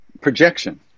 projection